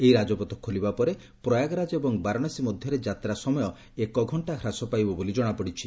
ଏହି ରାଜପଥ ଖୋଲିବା ପରେ ପ୍ରୟାଗରାଜ ଏବଂ ବାରଣାସୀ ମଧ୍ୟରେ ଯାତ୍ରା ସମୟ ଏକ ଘଣ୍ଟା ହ୍ରାସ ପାଇବ ବୋଲି ଜଣାପଡ଼ିଛି